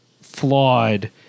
flawed